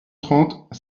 trente